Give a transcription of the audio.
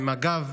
ומג"ב